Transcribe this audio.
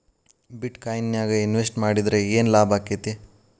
ಬಿಟ್ ಕೊಇನ್ ನ್ಯಾಗ್ ಇನ್ವೆಸ್ಟ್ ಮಾಡಿದ್ರ ಯೆನ್ ಲಾಭಾಕ್ಕೆತಿ?